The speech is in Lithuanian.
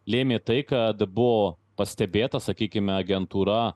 lėmė tai kad buvo pastebėta sakykime agentūra